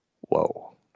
Whoa